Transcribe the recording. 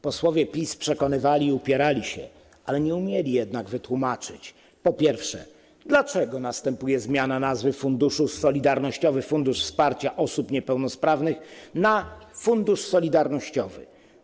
Posłowie PiS przekonywali i upierali się, ale nie umieli wytłumaczyć, po pierwsze, dlaczego następuje zmiana nazwy: Solidarnościowy Fundusz Wsparcia Osób Niepełnosprawnych na nazwę: Fundusz Solidarnościowy.